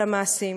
והמעשים: